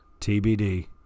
TBD